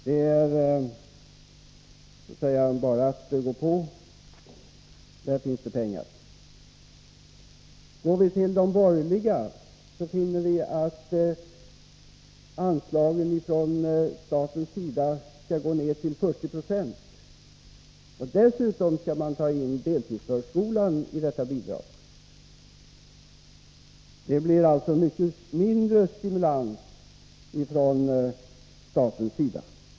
Det är bara att gå på, för vpk finns det pengar. De borgerliga vill att statsbidragen till kommunerna skall utgå med 40 90. Dessutom skall kostnaderna för bl.a. deltidsförskolor inräknas i bidragsunderlaget. Detta ger mindre stimulans från statens sida.